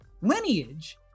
lineage